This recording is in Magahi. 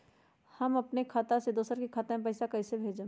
हम अपने खाता से दोसर के खाता में पैसा कइसे भेजबै?